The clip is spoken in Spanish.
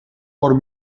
por